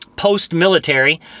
post-military